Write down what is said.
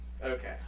Okay